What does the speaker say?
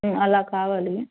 అలా కావాలి